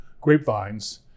grapevines